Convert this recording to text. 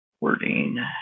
wording